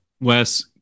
Wes